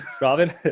Robin